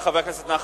חבר הכנסת ברכה,